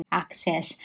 access